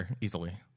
easily